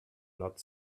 not